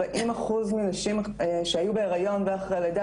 40 אחוז מהנשים שהיו בהריון ואחרי לידה